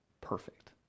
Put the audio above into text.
perfect